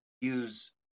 use